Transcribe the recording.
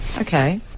Okay